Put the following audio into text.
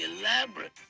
elaborate